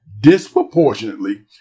disproportionately